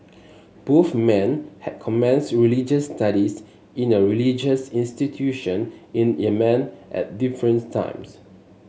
both men had commenced religious studies in a religious institution in Yemen at difference times